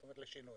זה במצגת.